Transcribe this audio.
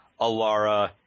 Alara